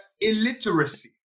illiteracy